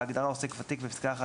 בהגדרה "עוסק ותיק," בפסקה (1),